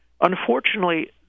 unfortunately